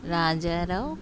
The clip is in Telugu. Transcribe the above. రాజా రావు